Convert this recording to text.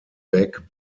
back